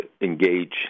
engage